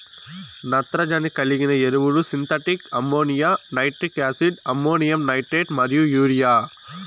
నత్రజని కలిగిన ఎరువులు synthetic ammonia, nitric acid, ammonium nitrate మరియు యూరియా